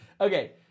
Okay